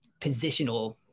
positional